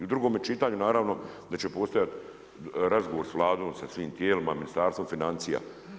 I u drugome čitanju naravno da će postojati razgovor sa Vladom, sa svim tijelima, Ministarstvom financija.